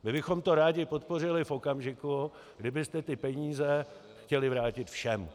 My bychom to rádi podpořili v okamžiku, kdybyste ty peníze chtěli vrátit všem.